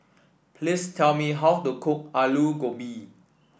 please tell me how to cook Alu Gobi